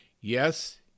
yes